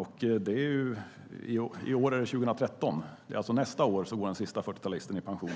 I år är det 2013. Nästa år går den sista 40-talisten i pension.